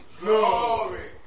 Glory